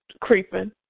creeping